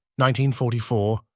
1944